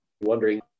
wondering